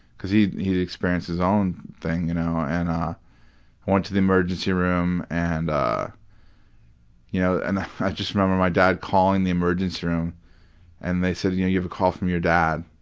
cause he'd he'd experienced his own thing. you know and i went to the emergency room and i you know and i just remember, my dad calling the emergency room and they said, you know you have a call from your dad,